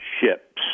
ships